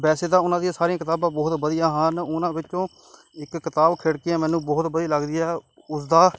ਵੈਸੇ ਤਾਂ ਉਹਨਾਂ ਦੀਆਂ ਸਾਰੀਆਂ ਕਿਤਾਬਾਂ ਬਹੁਤ ਵਧੀਆ ਹਨ ਉਹਨਾਂ ਵਿੱਚੋਂ ਇੱਕ ਕਿਤਾਬ ਖਿੜਕੀਆਂ ਮੈਨੂੰ ਬਹੁਤ ਵਧੀਆ ਲੱਗਦੀ ਆ ਉਸ ਦਾ